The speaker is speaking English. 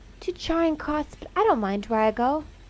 to charing cross but i don't mind where i go.